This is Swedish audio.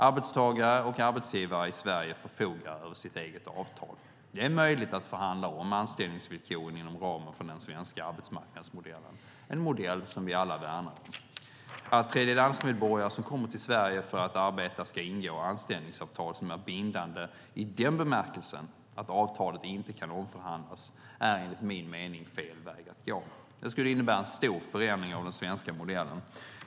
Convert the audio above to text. Arbetstagare och arbetsgivare i Sverige förfogar över sitt eget avtal. Det är möjligt att förhandla om anställningsvillkoren inom ramen för den svenska arbetsmarknadsmodellen, en modell som vi alla värnar om. Att tredjelandsmedborgare som kommer till Sverige för att arbeta ska ingå anställningsavtal som är bindande i den bemärkelsen att avtalet inte kan omförhandlas är enligt min mening fel väg att gå. Det skulle innebära en stor förändring av den svenska modellen.